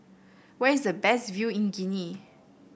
where is the best view in Guinea